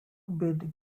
bid